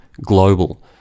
global